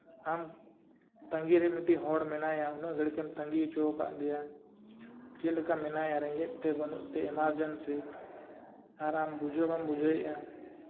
ᱟᱢ ᱛᱟᱹᱜᱤᱨᱮ ᱢᱤᱫᱴᱟᱝ ᱦᱚᱲ ᱢᱮᱱᱟᱭᱟ ᱩᱱᱟᱹᱜ ᱜᱷᱟᱹᱲᱤ ᱠᱷᱚᱱ ᱛᱟᱹᱜᱤ ᱦᱚᱪᱚ ᱠᱟᱫᱮᱭᱟ ᱪᱮᱫ ᱞᱮᱠᱟ ᱢᱮᱱᱟᱭᱟ ᱨᱮᱸᱜᱮᱡ ᱛᱮ ᱵᱟᱹᱱᱩᱜ ᱛᱮ ᱮᱢᱟᱨᱡᱮᱱᱤ ᱦᱟᱸᱜ ᱟᱨ ᱟᱢ ᱵᱩᱡᱷᱟᱹᱣ ᱵᱟᱢ ᱵᱩᱡᱷᱟᱹᱣᱮᱜᱼᱟ